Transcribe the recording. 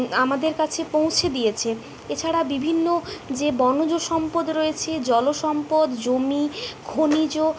আমাদের কাছে পৌঁছে দিয়েছে এছাড়া বিভিন্ন যে বনজ সম্পদ রয়েছে জলসম্পদ জমি খনিজ